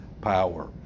power